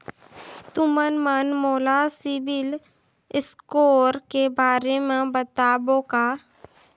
तुमन मन मोला सीबिल स्कोर के बारे म बताबो का?